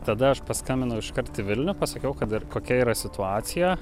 tada aš paskambinau iškart į vilnių pasakiau kad ir kokia yra situacija